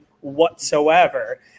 whatsoever